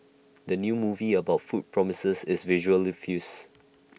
the new movie about food promises is visually feast